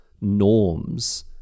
norms